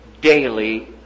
daily